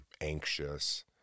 anxious